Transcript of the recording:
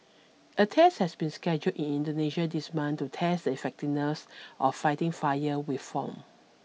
a test has been scheduled in Indonesia this month to test the effectiveness of fighting fire with foam